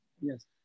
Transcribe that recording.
Yes